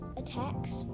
attacks